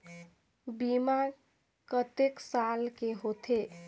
बीमा कतेक साल के होथे?